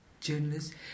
Journalists